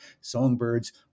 songbirds